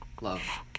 love